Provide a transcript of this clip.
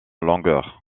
longueur